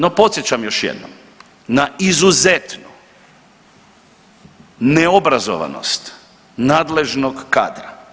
No, podsjećam još jednom na izuzetnu neobrazovanost nadležnog kadra.